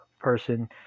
person